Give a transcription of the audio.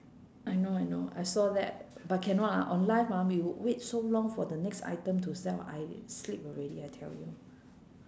I know I know I saw that but cannot lah on live ah we will wait so long for the next item to sell I sleep already I tell you